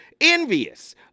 envious